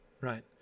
right